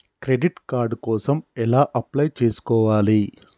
Credit card కోసం ఎలా apply చేసుకోవాలి?